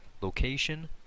location